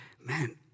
Man